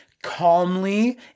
calmly